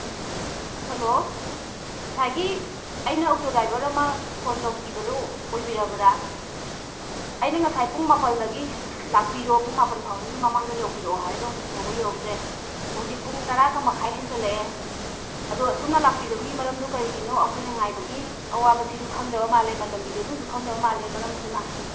hello ꯉꯁꯥꯏꯒꯤ ꯑꯩꯅ ꯑꯣꯛꯇꯣ ꯗ꯭ꯔꯥꯏꯚꯔ ꯑꯃ ꯐꯣꯟ ꯇꯧꯈꯤꯕꯗꯨ ꯑꯣꯏꯕꯤꯔꯕ꯭ꯔꯥ ꯑꯩꯗꯤ ꯉꯁꯥꯏ ꯄꯨꯡ ꯃꯥꯄꯜꯗꯒꯤ ꯂꯥꯛꯄꯤꯔꯣ ꯄꯨꯡ ꯃꯥꯄꯜ ꯐꯥꯎꯕꯒꯤ ꯃꯃꯥꯡꯗ ꯌꯧꯕꯤꯔꯛꯑꯣ ꯍꯥꯏꯔꯒ ꯍꯧꯖꯤꯛ ꯐꯥꯎꯕ ꯌꯧꯔꯛꯇ꯭ꯔꯦ ꯍꯧꯖꯤꯛ ꯄꯨꯡ ꯇꯔꯥꯒ ꯃꯈꯥꯏ ꯍꯦꯟꯖꯤꯜꯂꯛꯑꯦ ꯑꯗꯣ ꯁꯣꯝꯅ ꯂꯥꯛꯄꯤꯗꯕꯒꯤ ꯃꯔꯝꯗꯣ ꯀꯔꯤꯒꯤꯅꯣ ꯑꯩꯈꯣꯏꯅ ꯉꯥꯏꯕꯒꯤ ꯑꯋꯥꯕꯁꯤꯁꯨ ꯈꯪꯗꯕ ꯃꯥꯜꯂꯦ ꯃꯇꯝꯒꯤ ꯚꯦꯂꯨꯁꯨ ꯈꯪꯗꯕ ꯃꯥꯜꯂꯦ ꯃꯔꯝ ꯑꯗꯨꯅ